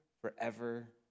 forever